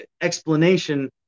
explanation